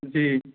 جی